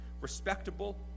respectable